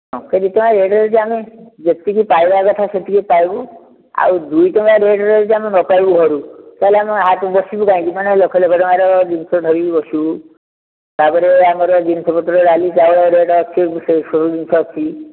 ଟଙ୍କେ ଦି ଟଙ୍କା ରେଟ୍ରେ ଯଦି ଆମେ ଯେତିକି ପାଇବା କଥା ସେତିକି ପାଇବୁ ଆଉ ଦୁଇ ଟଙ୍କା ରେଟ୍ରେ ଯଦି ଆମେ ନ ପାଇବୁ ଘରୁ ତା'ହେଲେ ଆମେ ହାଟରେ ବସିବୁ କାହିଁକି ମାନେ ଲକ୍ଷ ଲକ୍ଷ ଟଙ୍କାର ଜିନିଷ ଧରିକି ବସିବୁ ତା'ପରେ ଆମର ଜିନିଷ ପତ୍ର ଡାଲି ଚାଉଳ ରେଟ୍ ଅଛି ସେହି ସବୁ ଜିନିଷ ଅଛି